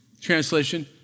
Translation